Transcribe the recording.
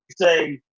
say